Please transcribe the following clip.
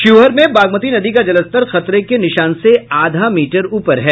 शिवहर में बागमती नदी का जलस्तर खतरे के निशान से आधा मीटर ऊपर है